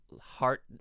heart